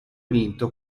vinto